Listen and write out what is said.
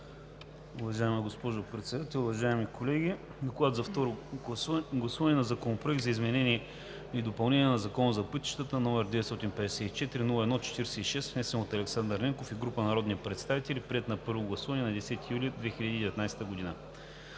Уважаема госпожо Председател, уважаеми колеги! „Доклад за второ гласуване на Законопроект за изменение и допълнение на Закона за пътищата, № 954-01-46, внесен от Александър Ненков и група народни представители, приет на първо гласуване на 10 юли 2019 г.